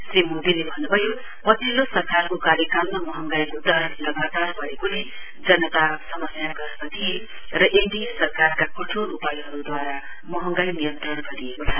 श्री मोदीले भन्नुभयो पछिल्लो सरकारको कार्यकालमा महंगाईको दर लगातार वदेकोले जनता समस्याग्रस्त थिए र एनडीए सरकारका कठोर उपायहरुद्वारा मंहगाई नियन्त्रण गरिएको छ